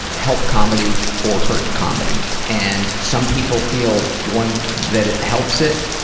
help comedy or hurt comedy? and some people feel one that it helps it.